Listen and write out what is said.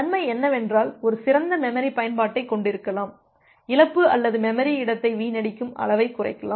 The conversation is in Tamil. நன்மை என்னவென்றால் ஒரு சிறந்த மெமரி பயன்பாட்டைக் கொண்டிருக்கலாம் இழப்பு அல்லது மெமரி இடத்தை வீணடிக்கும் அளவைக் குறைக்கலாம்